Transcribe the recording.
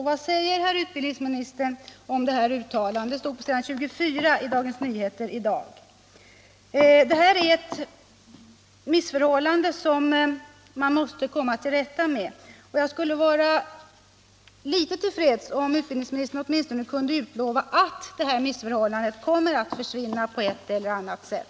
Vad säger herr utbildningsministern om detta uttalande, som återges på s. 24 i Dagens Nyheter i dag? Det här är ett missförhållande som man måste komma till rätta med. Jag skulle vara litet tillfreds om utbildningsministern åtminstone kunde utlova att det här missförhållandet kunde försvinna på ett eller annat sätt.